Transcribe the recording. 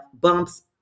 bumps